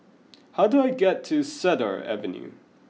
how do I get to Cedar Avenue